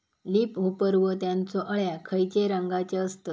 Leaf hopper व त्यानचो अळ्या खैचे रंगाचे असतत?